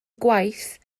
gwaith